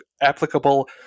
applicable